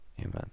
Amen